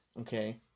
Okay